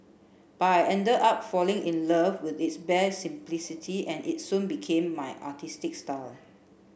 but I ended up falling in love with its bare simplicity and it soon became my artistic style